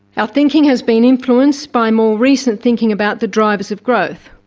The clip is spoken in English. our thinking has been influenced by more recent thinking about the drivers of growth,